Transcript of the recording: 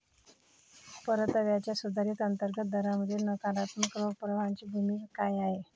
परताव्याच्या सुधारित अंतर्गत दरामध्ये नकारात्मक रोख प्रवाहाची भूमिका काय आहे?